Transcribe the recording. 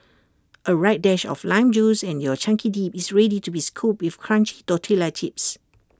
A right dash of lime juice and your chunky dip is ready to be scooped with crunchy tortilla chips